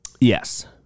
Yes